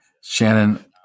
Shannon